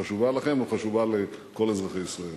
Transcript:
חשובה לכם וחשובה לכל אזרחי ישראל.